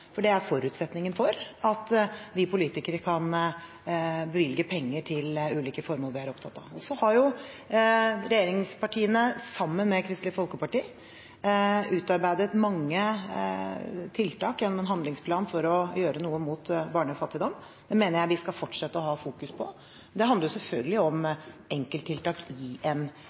for det er forutsetningen for at vi politikere kan bevilge penger til ulike formål vi er opptatt av. Regjeringspartiene har, sammen med Kristelig Folkeparti, utarbeidet mange tiltak gjennom en handlingsplan for å gjøre noe mot barnefattigdom. Det mener jeg vi skal fortsette å fokusere på. Det handler selvfølgelig om enkelttiltak